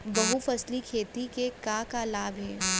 बहुफसली खेती के का का लाभ हे?